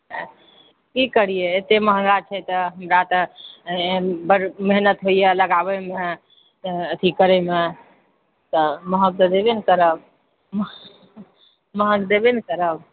अच्छा कि करिऐ एते महङ्गा छै तऽ हमरा तऽ एहिमे बड्ड मेहनत होइए लगाबयमे अथि करएमे तऽ महग तऽ देबए नहि करब महग देबए नहि करब